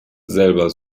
selber